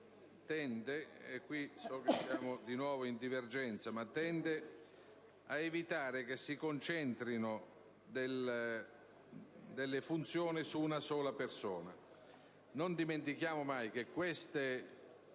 tende ad evitare che si concentrino troppe funzioni su una sola persona. Non dimentichiamo mai che queste istituzioni